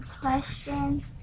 question